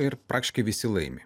ir praktiškai visi laimi